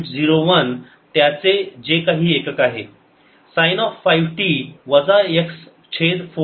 01 त्याचे जे काही एकक आहे साईन ऑफ 5 t वजा x छेद 14 किंवा 0